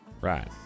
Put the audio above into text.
Right